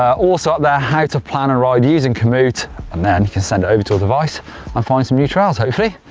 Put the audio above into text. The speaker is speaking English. also up there how to plan a ride using commute and then you can send over to a device and find some new trails hopefully.